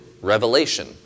Revelation